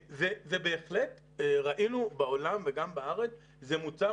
בהחלט ראינו בעולם וגם בארץ שזה מוצר